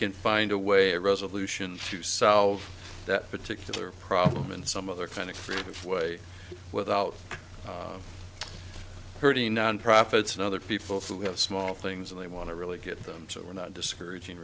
can find a way a resolution to solve that particular problem and some other kind of creative way without hurting non profits and other people who have small things and they want to really get them so we're not discouraging